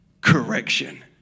correction